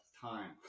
time